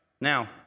Now